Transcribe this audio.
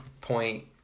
point